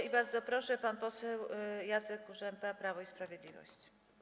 I bardzo proszę, pan poseł Jacek Kurzępa, Prawo i Sprawiedliwość.